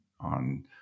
on